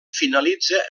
finalitza